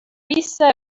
vista